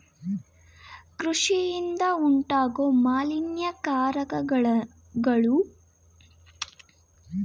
ಕೃಷಿಯಿಂದ ಉಂಟಾಗೋ ಮಾಲಿನ್ಯಕಾರಕಗಳು ನೀರಿನ ಗುಣಮಟ್ಟದ್ಮೇಲೆ ಹೆಚ್ಚು ಪರಿಣಾಮ ಬೀರ್ತವೆ